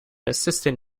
assistant